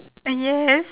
yes